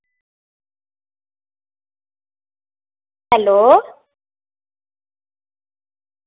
hello